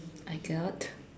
I got